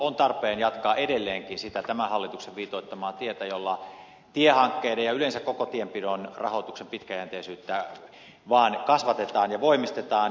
on tarpeen jatkaa edelleenkin sitä tämän hallituksen viitoittamaa tietä jolla tiehankkeiden ja yleensä koko tienpidon rahoituksen pitkäjänteisyyttä vain kasvatetaan ja voimistetaan